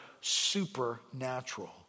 supernatural